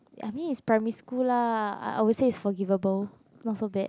I mean it's primary school lah I will say it's forgivable not so bad